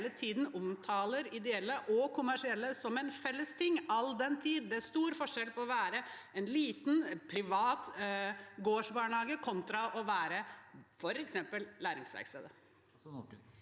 omtaler ideelle og kommersielle som en felles ting, all den tid det er stor forskjell på å være en liten privat gårdsbarnehage kontra å være f.eks. Læringsverkstedet?